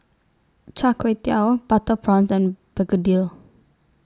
Char Kway Teow Butter Prawns and Begedil